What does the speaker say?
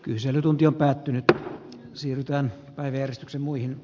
kyselytunti päättynyttä siirrytään päiväjärjestyksen muihin